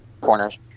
corners